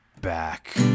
back